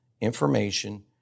information